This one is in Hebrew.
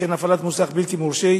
וכן הפעלת מוסך בלתי מורשה,